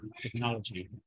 technology